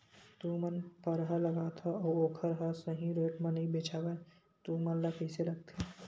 तू मन परहा लगाथव अउ ओखर हा सही रेट मा नई बेचवाए तू मन ला कइसे लगथे?